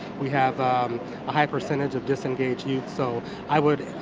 we have a high percentage of disengaged youth. so i would